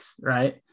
right